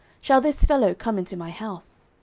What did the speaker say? shall this fellow come into my house?